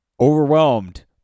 overwhelmed